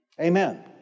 Amen